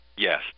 Yes